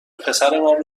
پسرمان